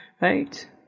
Right